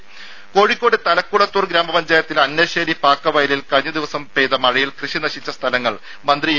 രും കോഴിക്കോട് തലക്കുളത്തൂർ ഗ്രാമപഞ്ചായത്തിലെ അന്നശ്ശേരി പാക്കവയലിൽ കഴിഞ്ഞ ദിവസം പെയ്ത മഴയിൽ കൃഷി നശിച്ച സ്ഥലങ്ങൾ മന്ത്രി എ